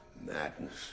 Madness